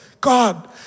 God